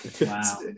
wow